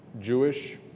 Jewish